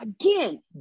Again